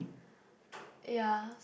little bit of Tamil